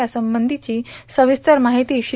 यासंबंधीची सविस्तर माहिती श्री